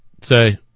say